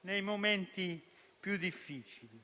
nei momenti più difficili.